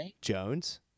Jones